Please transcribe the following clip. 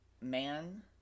man